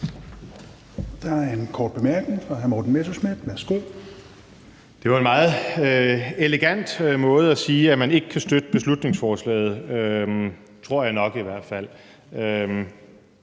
Messerschmidt. Værsgo. Kl. 16:03 Morten Messerschmidt (DF): Det var en meget elegant måde at sige, at man ikke kan støtte beslutningsforslaget – tror jeg nok, i hvert fald.